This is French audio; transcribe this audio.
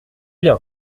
bien